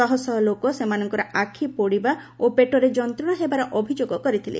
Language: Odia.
ଶହଶହ ଲୋକ ସେମାନଙ୍କର ଆଖି ପୋଡ଼ିବା ଓ ପେଟରେ ଯନ୍ତ୍ରଣା ହେବାର ଅଭିଯୋଗ କରିଥିଲେ